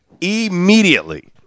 immediately